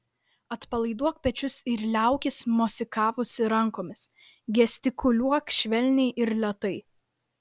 atpalaiduok pečius ir liaukis mosikavusi rankomis gestikuliuok švelniai ir lėtai